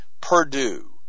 Purdue